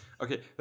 okay